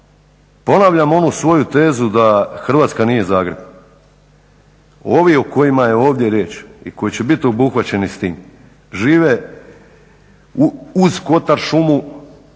ponavljam onu svoju tezu da Hrvatska nije Zagreb. Ovi o kojima je ovdje riječ i koji će biti obuhvaćeni s tim žive uz Kotar šumu to